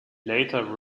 later